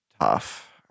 tough